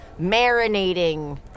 marinating